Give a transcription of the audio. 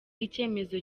icyemezo